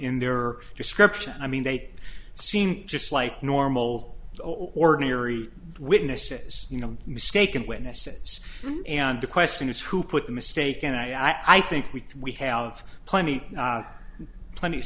in their are description i mean they seem just like normal ordinary witnesses you know mistaken witnesses and the question is who put the mistake and i think we we have plenty plenty